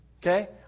Okay